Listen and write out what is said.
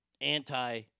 anti –